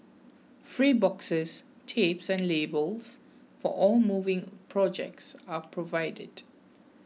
free boxes tapes and labels for all moving projects are provided